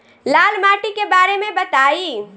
लाल माटी के बारे में बताई